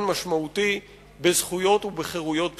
משמעותי בזכויות ובחירויות בסיסיות.